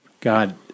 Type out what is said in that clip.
God